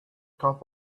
top